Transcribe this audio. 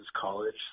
college